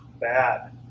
bad